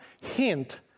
hint